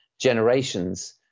generations